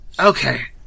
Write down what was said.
Okay